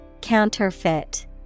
Counterfeit